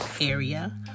area